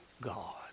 God